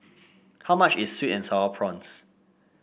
how much is sweet and sour prawns